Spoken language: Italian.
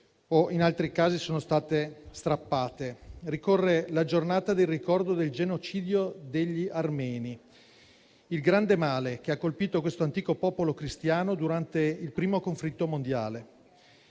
o, in altri casi, sono state strappate. Ricorre in quella data la Giornata del ricordo del genocidio degli armeni, il grande male che ha colpito questo antico popolo cristiano durante il primo conflitto mondiale.